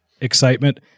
excitement